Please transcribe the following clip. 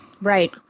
Right